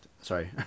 Sorry